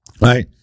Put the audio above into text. Right